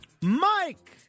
Mike